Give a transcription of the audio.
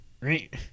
right